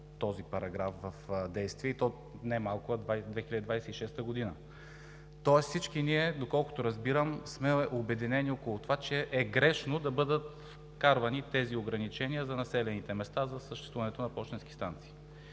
този параграф в действие, и то не малко – от 2026 г. Всички ние доколкото разбирам, сме обединени около това, че е грешно да бъдат вкарвани тези ограничения за населените места за съществуването на пощенски станции.